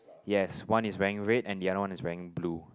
yes one is wearing red and the other one is wearing blue